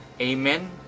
Amen